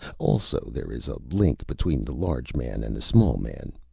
also, there is a link between the large man and the small man,